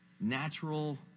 natural